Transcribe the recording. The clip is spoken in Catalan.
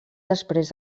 després